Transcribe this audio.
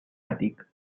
àtic